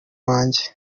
wange